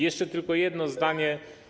Jeszcze tylko jedno zdanie.